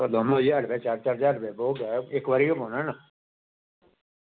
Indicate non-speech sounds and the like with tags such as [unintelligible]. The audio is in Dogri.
[unintelligible] चार चार ज्हार रपेआ बोह्त ऐ इक बारी गै पौना ना